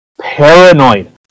paranoid